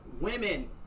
women